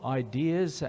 ideas